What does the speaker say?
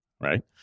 right